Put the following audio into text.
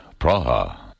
Praha